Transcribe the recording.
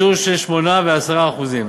בשיעור של 8% ו-10%.